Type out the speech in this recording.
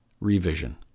Revision